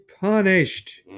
punished